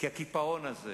כי הקיפאון הזה